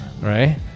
right